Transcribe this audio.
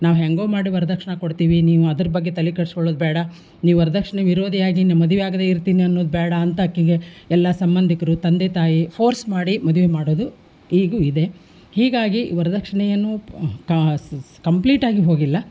ನಾವು ಹ್ಯಾಗೊ ಮಾಡಿ ವರ್ದಕ್ಷ್ಣೆ ಕೊಡ್ತೀವಿ ನೀವು ಅದ್ರ ಬಗ್ಗೆ ತಲೆ ಕೆಡಿಸ್ಕೊಳ್ಳೋದು ಬೇಡ ನೀ ವರದಕ್ಷ್ಣೆ ವಿರೋಧಿ ಆಗಿ ಮದುವೆ ಆಗದೆ ಇರ್ತೀನಿ ಅನ್ನೋದು ಬೇಡ ಅಂತ ಆಕೆಗೆ ಎಲ್ಲ ಸಂಬಂಧಿಕರು ತಂದೆ ತಾಯಿ ಫೋರ್ಸ್ ಮಾಡಿ ಮದ್ವೆ ಮಾಡೋದು ಈಗ್ಲೂ ಇದೆ ಹೀಗಾಗಿ ವರದಕ್ಷಿಣೆ ಏನು ಕ್ ಸ್ ಕಂಪ್ಲೀಟಾಗಿ ಹೋಗಿಲ್ಲ